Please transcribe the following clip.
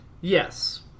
Yes